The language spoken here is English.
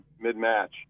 mid-match